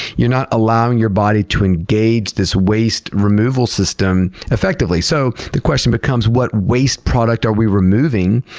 you're not allowing your body to engage this waste removal system effectively. so the question becomes, what waste product are we removing?